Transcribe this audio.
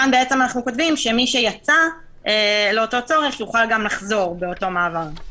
כאן אנחנו כותבים שמי שיצא לאותו צורך יוכל גם לחזור באותו מעבר.